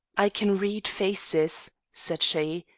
i can read faces, said she,